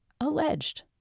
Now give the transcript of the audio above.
alleged